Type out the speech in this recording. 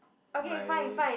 my